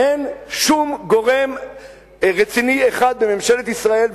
אין שום גורם רציני אחד בממשלת ישראל,